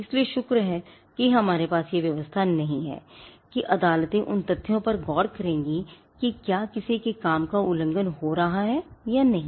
इसलिए शुक्र है कि हमारे पास वह व्यवस्था नहीं है कि अदालतें उन तथ्यों पर गौर करेंगी कि क्या किसी काम का उल्लंघन हो रहा है या नहीं